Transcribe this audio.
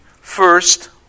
First